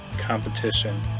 competition